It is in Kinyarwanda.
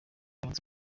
yanze